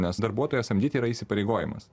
nes darbuotoją samdyti yra įsipareigojimas